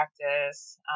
practice